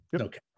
Okay